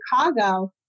Chicago